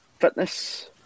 fitness